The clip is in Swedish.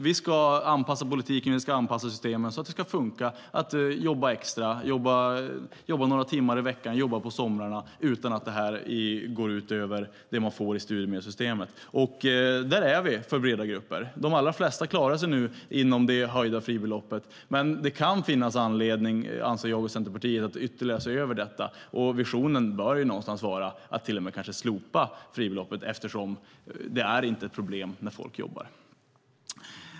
Vi ska anpassa politiken och systemen så att det ska funka att jobba extra några timmar i veckan eller att jobba på somrarna utan att det går ut över vad man får från studiemedelssystemet. Där är vi för breda grupper. De allra flesta klarar sig nu inom det höjda fribeloppet, men jag och Centerpartiet anser att det kan finas anledning att ytterligare se över detta. Visionen bör vara att kanske till och med slopa fribeloppet, för det är inte ett problem att folk jobbar.